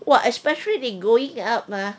!wah! especially they going up ha